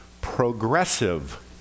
progressive